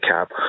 cap